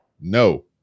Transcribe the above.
No